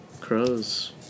crows